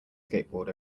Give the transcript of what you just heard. skateboard